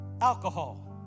alcohol